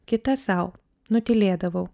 kitą sau nutylėdavau